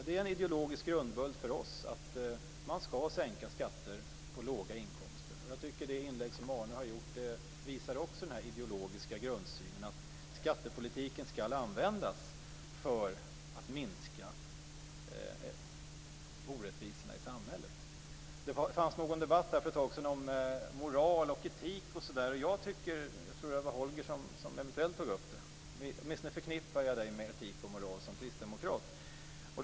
Det är en ideologisk grundbult för oss att man skall sänka skatter på låga inkomster. Jag tycker att det inlägg som Arne Kjörnsberg gjorde också visar den ideologiska grundsynen att skattepolitiken skall användas för att minska orättvisorna i samhället. För ett tag sedan hade vi en debatt om moral och etik. Jag tror att det var Holger Gustafsson som tog upp det, åtminstone förknippar jag honom som kristdemokrat med etik och moral.